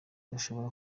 ushobora